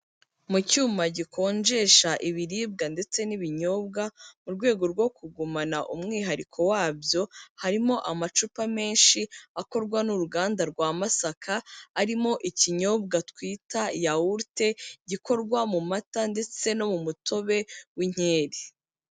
Mu cyuma gikonjesha ibiribwa ndetse n'ibinyobwa mu rwego rwo kugumana umwihariko wabyo, harimo amacupa menshi akorwa n'uruganda rwa Masaka, arimo ikinyobwa twita yawurute gikorwa mu mata ndetse no mu mutobe w'inkeri.